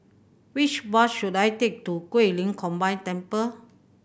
which bus should I take to Guilin Combined Temple